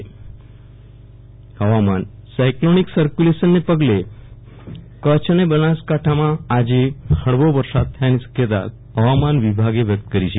વિરલ રાણા હવામાન સાઈકલોનિક સર્કયુલેશનને પગલે કચ્છ અને બનાસકાંઠામાં આજે હળવો વરસાદ થવાની શક્યતા હવામાન વીભાગે વ્યક્ત કરી છે